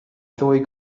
ddwy